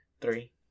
three